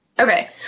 Okay